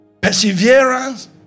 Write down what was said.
Perseverance